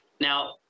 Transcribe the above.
Now